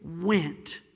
went